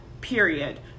period